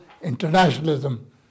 internationalism